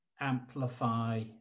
amplify